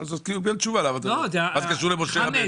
אז הוא קיבל תשובה, מה זה קשור למשה רבנו?